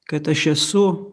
kad aš esu